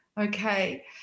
okay